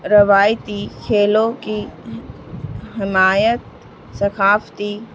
روایتی کھیلوں کی حمایت ثقافتی